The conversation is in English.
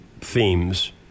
themes